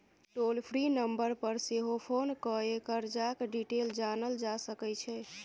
टोल free number पर सेहो phone कए करजाक डिटेल जानल जा सकै छै